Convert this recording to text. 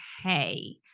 Hey